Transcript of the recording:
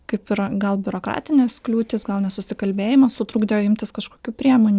kaip yra gal biurokratinės kliūtys gal nesusikalbėjimas sutrukdė imtis kažkokių priemonių